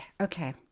Okay